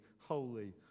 holy